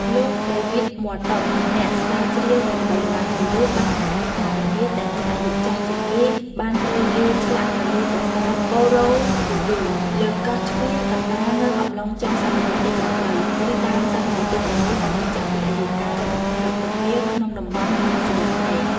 លោក ដេវីដ ម័រតុន អ្នកស្រាវជ្រាវដ៏ល្បីល្បាញមួយរូប បានអះអាងថា រនាតដែលមានអាយុចាស់ជាងគេបានត្រូវគេឆ្លាក់នៅលើប្រាសាទបូរ៉ូប៊ូឌួ លើកោះជ្វាកណ្តាលនៅអំឡុងចុងសតវត្សទី៨ ឬដើមសតវត្សទី៩ ដែលបញ្ជាក់ពីអាយុកាលដ៏ចំណាស់របស់វាក្នុងតំបន់អាស៊ីអាគ្នេយ៍។